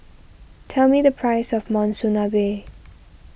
tell me the price of Monsunabe